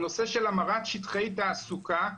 הנושא של המרת שטחי תעסוקה,